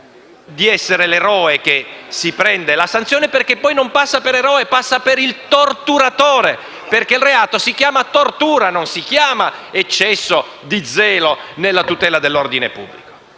di essere l'eroe che si prende la sanzione, perché poi non passa per eroe, ma per il torturatore, perché il reato si chiama tortura, non si chiama eccesso di zelo nella tutela dell'ordine pubblico.